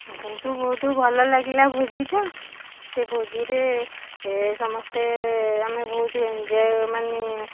କିନ୍ତୁ ବହୁତ ଭଲ ଲାଗିଲା ଭୋଜିଟା ସେ ଭୋଜିରେ ସମସ୍ତେ ଆମେ ବହୁତ ଏଞ୍ଜୟ ମାନେ